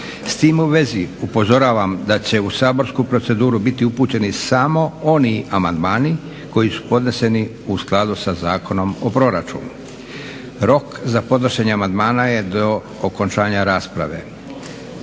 S time u vezi upozoravam da će u saborsku proceduru biti upućeni samo oni amandmani koji su podneseni u skladu sa Zakonom o proračunu. Rok za podnošenje amandmana je do okončanja rasprave.